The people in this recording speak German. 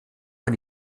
man